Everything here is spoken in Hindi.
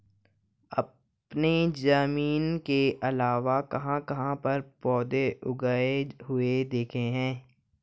आपने जमीन के अलावा कहाँ कहाँ पर पौधे उगे हुए देखे हैं?